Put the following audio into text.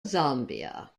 zambia